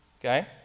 okay